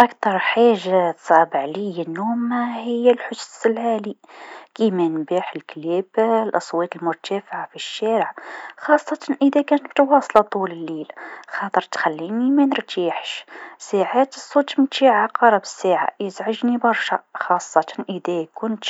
أكثر حاجه تصعب عليا النوم هي الحس العالي كيما نباح الكلاب، الأصوات المرتفعه في الشارع خاصة إذا كانت متواصله طول الليل خاطر تخليني منرتاحش، ساعات الصوت نتاع عقارب الساعه يزعجني برشا خاصة إذا كنت